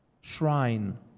shrine